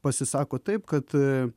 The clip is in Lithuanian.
pasisako taip kad